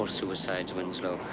so suicides, winslow.